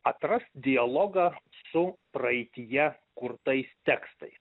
atrast dialogą su praeityje kurtais tekstais